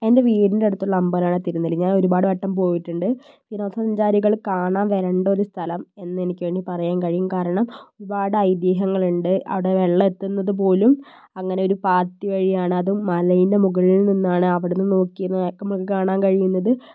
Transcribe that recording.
എന്റെ വീടിന്റടുത്തുള്ള അമ്പലാണ് തിരുനെല്ലി ഞാന് ഒരുപാട് വട്ടം പോയിട്ടുണ്ട് വിനോദസഞ്ചാരികള് കാണാന് വരേണ്ട ഒരു സ്ഥലം എന്ന് എനിക്ക് വേണമെങ്കിൽ പറയാൻ കഴിയും കാരണം ഒരുപാട് ഐതീഹ്യങ്ങള് ഉണ്ട് അവിടെ വെള്ളം എത്തുന്നത് പോലും അങ്ങനെയൊരു പാത്തി വഴിയാണ് അതും മലേന്റെ മുകളില് നിന്നാണ് അവിടെനിന്ന് നോക്കിയത് നമുക്ക് കാണാന് കഴിയുന്നത്